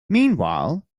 meanwhile